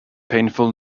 painful